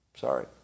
Sorry